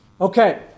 Okay